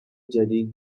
جدید